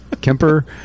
Kemper